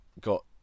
got